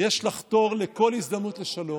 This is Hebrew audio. יש לחתור לכל הזדמנות לשלום.